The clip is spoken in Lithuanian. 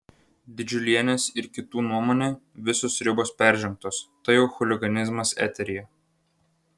didžiulienės ir kitų nuomone visos ribos peržengtos tai jau chuliganizmas eteryje